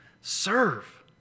serve